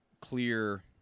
clear